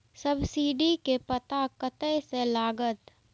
Subsidy के पता कतय से लागत?